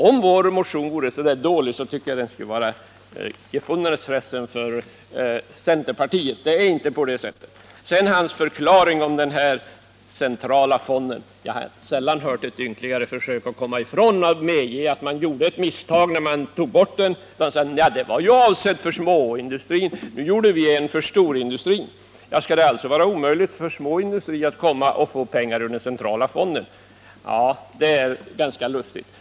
Om vår motion vore så förfärligt dålig, så tycker jag att den borde vara gefundenes Fressen för centerpartiet. Men motionen är inte dålig, tvärtom. Nils Åsling försökte komma med en förklaring i fråga om den centrala fonden, och jag har sällan hört något ynkligare. Varför inte medge att det var ett misstag att ta bort den fond som fanns förut? Nils Åsling säger: Men den var ju avsedd för småindustrin, och nu har vi skapat en fond för storindustrin. Skall det alltså vara omöjligt för små industriföretag att få pengar ur den centrala fonden? Det är ganska lustigt.